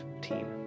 team